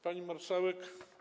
Pani Marszałek!